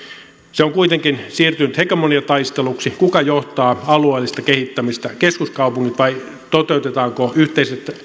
se on kuitenkin siirtynyt hegemoniataisteluksi siitä kuka johtaa alueellista kehittämistä ovatko ne keskuskaupungit vai toteutetaanko yhteiset